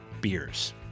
beers